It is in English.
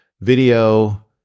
video